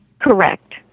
Correct